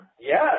Yes